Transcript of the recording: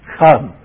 come